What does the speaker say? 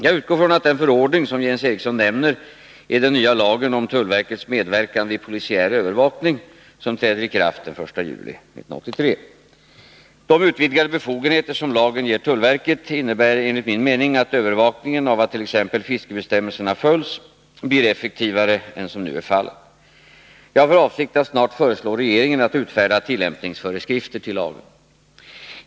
Jag utgår från att den förordning som Jens Eriksson nämner är den nya lagen om tullverkets medverkan vid polisiär övervakning, som träder i kraft den 1 juli 1983. De utvidgade befogenheter som lagen ger tullverket innebär enligt min mening att övervakningen av att t.ex. fiskebestämmelserna följs blir effektivare än som nu är fallet. Jag har för avsikt att snart föreslå regeringen att utfärda tillämpningsföreskrifter till lagen.